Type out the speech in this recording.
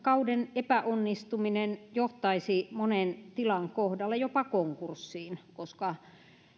epäonnistuminen johtaisi monen tilan kohdalla jopa konkurssiin koska